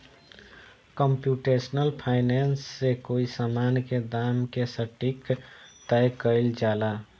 computational finance से कोई समान के दाम के सटीक तय कईल जाला